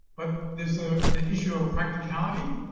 but there's ah the issue of practicality.